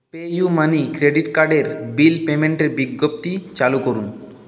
PayUmoney এ credit card এর bill পেইমেন্টের বিজ্ঞপ্তি চালু করুন